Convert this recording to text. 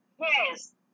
Yes